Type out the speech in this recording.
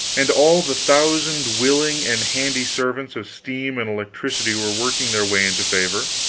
and all the thousand willing and handy servants of steam and electricity were working their way into favor.